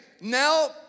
now